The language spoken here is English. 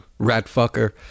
Ratfucker